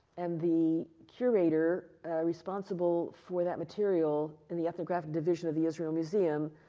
and the curator responsible for that material in the ethnographic division of the israel museum,